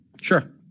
Sure